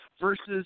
versus